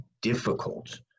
difficult